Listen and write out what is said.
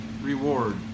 reward